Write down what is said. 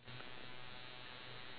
okay what what kind of bird is yours